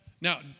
Now